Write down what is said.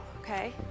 okay